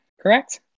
correct